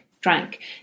drank